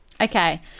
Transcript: Okay